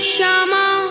Shama